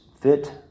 fit